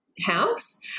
house